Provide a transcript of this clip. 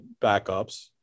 backups